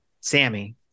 Sammy